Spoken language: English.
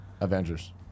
Avengers